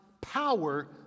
power